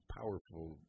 powerful